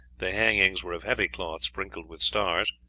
the hangings were of heavy cloth sprinkled with stars,